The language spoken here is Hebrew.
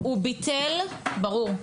ברור.